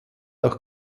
auch